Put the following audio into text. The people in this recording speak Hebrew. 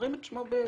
אומרים את שמו בנקבה.